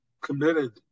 committed